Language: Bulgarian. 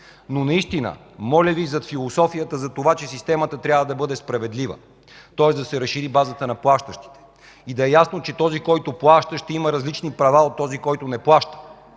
на текстовете. Моля Ви за философията, за това, че системата трябва да бъде справедлива, тоест да се разшири базата на плащащите, да е ясно, че този, който плаща, ще има различни права от този, който не плаща,